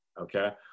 Okay